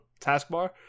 taskbar